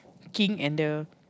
king and the